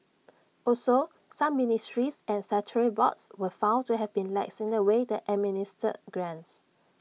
also some ministries and boards were found to have been lax in the way they administered grants